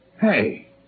Hey